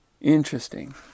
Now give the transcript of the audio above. Interesting